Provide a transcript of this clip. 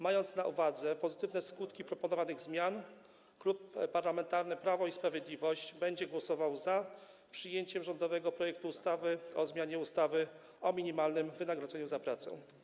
Mając na uwadze pozytywne skutki proponowanych zmian, Klub Parlamentarny Prawo i Sprawiedliwość będzie głosował za przyjęciem rządowego projektu ustawy o zmianie ustawy o minimalnym wynagrodzeniu za pracę.